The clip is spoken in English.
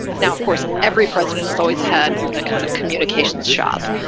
now, of course, every president has always had a kind of communications shop,